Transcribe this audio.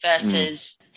versus